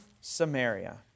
Samaria